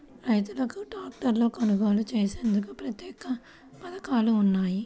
రైతులకు ట్రాక్టర్లు కొనుగోలు చేసేందుకు ప్రత్యేక పథకాలు ఉన్నాయా?